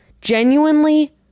genuinely